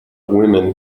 women